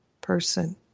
person